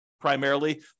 primarily